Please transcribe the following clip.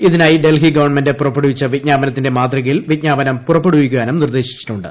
ഇതിനായി ഡൽഹി ഗവൺമെന്റ് പുറപ്പെടുവിച്ച വിജ്ഞാപനത്തിന്റെ മാതൃകയിൽ വിജ്ഞാപനം പുറപ്പെടുവിക്കാനും നിർദ്ദേശിച്ചിട്ടുണ്ട്